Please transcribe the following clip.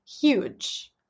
huge